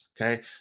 Okay